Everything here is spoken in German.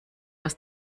aus